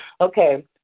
Okay